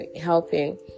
helping